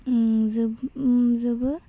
जोब जोबो